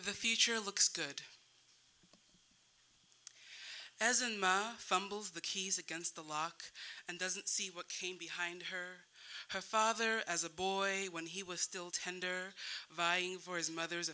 the future looks good as fumbles the keys against the lock and doesn't see what came behind her her father as a boy when he was still tender vying for his mother's